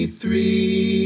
three